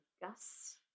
Gus